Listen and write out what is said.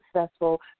successful